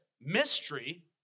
mystery